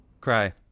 Cry